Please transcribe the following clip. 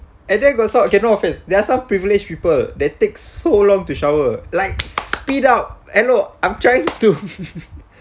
and then got some okay no offense there are some privileged people they take so long to shower like speed up hello I'm trying to